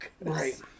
Right